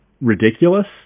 ridiculous